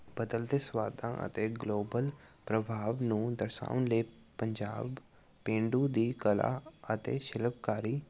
ਬਦਲਦੇ ਸਵਾਦਾਂ ਅਤੇ ਗਲੋਬਲ ਪ੍ਰਭਾਵ ਨੂੰ ਦਰਸਾਉਣ ਲਈ ਪੰਜਾਬ ਪੇਂਡੂ ਦੀ ਕਲਾ ਅਤੇ ਸ਼ਿਲਪਕਾਰੀ